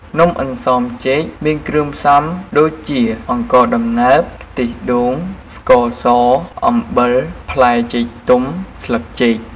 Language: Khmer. នំអន្សមចេកមានគ្រឿងផ្សំដូចជាអង្ករដំណើប ខ្ទិះដូង ស្ករស អំបិល ផ្លែចេកទុំ ស្លឹកចេក។